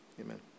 amen